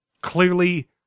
Clearly